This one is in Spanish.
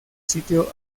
sitio